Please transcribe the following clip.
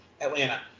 Atlanta